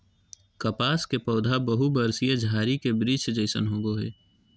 कपास के पौधा बहुवर्षीय झारी के वृक्ष जैसन होबो हइ